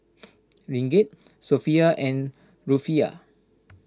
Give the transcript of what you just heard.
Ringgit Sophia and Rufiyaa